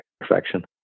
perfection